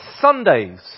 Sundays